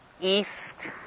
east